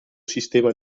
sistema